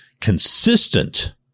consistent